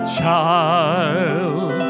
child